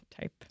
type